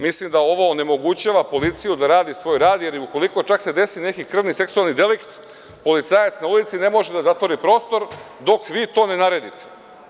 Mislim da ovo onemogućava policiju da radi svoj rad, jer i ukoliko čak se desi neki krvni seksualni delikt, policajac na ulici ne može da zatvori prostor dok vi to ne naredite.